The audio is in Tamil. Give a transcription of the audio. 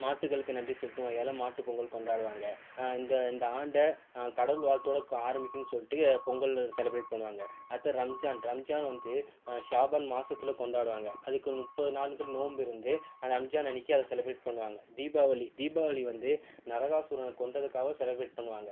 மாட்டுகளுக்கு நன்றி செலுத்தும் வகையாலும் மாட்டுப்பொங்கல் கொண்டாடுவாங்க இந்த இந்த ஆண்ட நான் கடவுள் வாழ்த்தோடு ஆரம்பிக்கணும்னு சொல்லிட்டு பொங்கல் செலப்ரேட் பண்ணுவாங்க அடுத்தது ரம்ஜான் ரம்ஜான் வந்து ஷாபன் மாசத்தில் கொண்டாடுவாங்க அதுக்கு முப்பது நாளைக்கு நோன்பு இருந்து ரம்ஜான் அன்றைக்கு அதை செலப்ரேட் பண்ணுவாங்க தீபாவளி தீபாவளி வந்து நரகாசுரன கொண்றதுக்காக செலபரேட் பண்ணுவாங்க